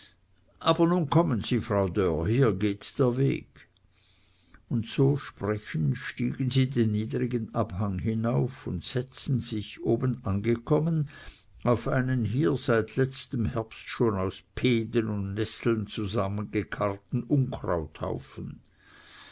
aber nun kommen sie frau dörr hier geht der weg und so sprechend stiegen sie den niedrigen abhang hinauf und setzten sich oben angekommen auf einen hier seit letztem herbst schon aus peden und nesseln